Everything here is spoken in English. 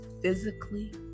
physically